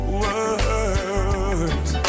words